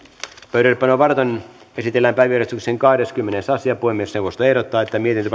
pöydällepanoa varten esitellään päiväjärjestyksen kahdeskymmenes asia puhemiesneuvosto ehdottaa että mietintö